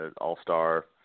All-star